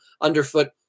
underfoot